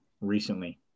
recently